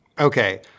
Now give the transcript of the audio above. Okay